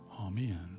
Amen